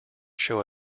show